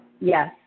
Yes